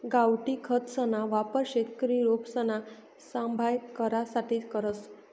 गावठी खतसना वापर शेतकरी रोपसना सांभाय करासाठे करस